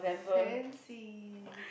fancy